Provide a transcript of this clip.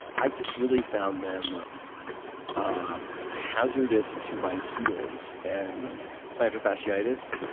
i just really found them ah hazardous to my heels and plantar fasciitis,